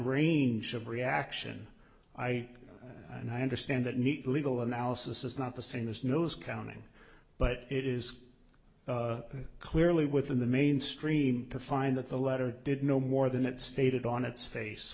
range of reaction i and i understand that neat legal analysis is not the same as nose counting but it is clearly within the mainstream to find that the letter did no more than it stated on its face